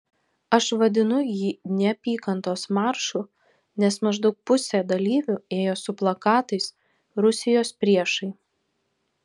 aš vadinu jį neapykantos maršu nes maždaug pusė dalyvių ėjo su plakatais rusijos priešai